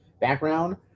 background